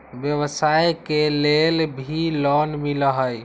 व्यवसाय के लेल भी लोन मिलहई?